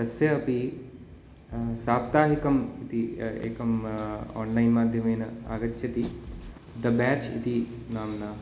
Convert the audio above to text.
तस्य अपि साप्ताहिकं इति एकम् आन्लैन् माध्यमेन आगच्छति द बेच् इति नाम्ना